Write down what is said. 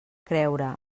creure